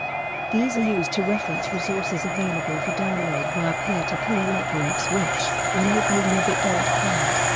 these are used to reference resources available for download via peer-to-peer networks which, when opened in a bittorrent client,